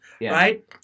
right